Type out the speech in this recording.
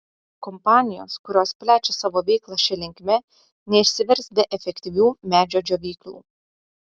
kompanijos kurios plečia savo veiklą šia linkme neišsivers be efektyvių medžio džiovyklų